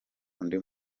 undi